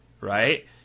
right